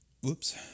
Whoops